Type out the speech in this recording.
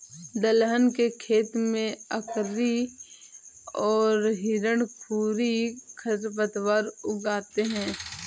दलहन के खेत में अकरी और हिरणखूरी खरपतवार उग आते हैं